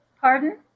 Pardon